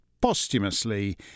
posthumously